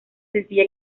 sencilla